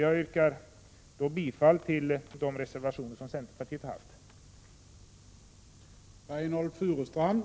Jag yrkar bifall till de reservationer som centerpartiet har fogat till betänkandet.